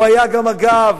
הוא היה גם, אגב,